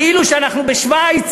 כאילו אנחנו בשווייץ,